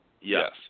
Yes